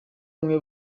bamwe